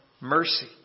mercy